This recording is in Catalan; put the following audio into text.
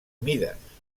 mides